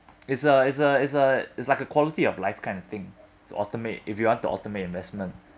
is a is a is a is like a quality of life kind of thing to automate if you want to automate investment